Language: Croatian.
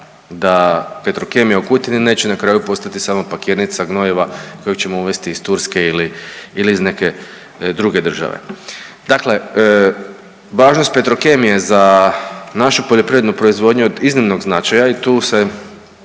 da Petrokemija u Kutini neće na kraju postati samo pakirnica gnojiva kojeg ćemo uvesti iz Turske ili iz neke druge države. Dakle, važnost Petrokemije za našu poljoprivrednu proizvodnju je od iznimnog značaja i tu se